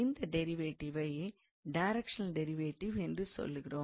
இந்த டிரைவேட்டிவை directional derivative என்று சொல்கிறோம்